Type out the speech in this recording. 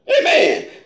Amen